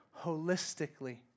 holistically